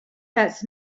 that’s